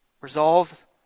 Resolve